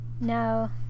No